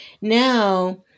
now